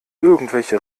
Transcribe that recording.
irgendwelche